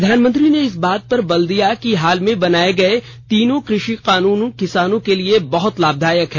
प्रधानमंत्री ने इस बात पर बल दिया कि हाल में बनाये गए तीनों कृषि कानून किसानों के लिए बहुत लाभदायक है